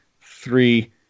three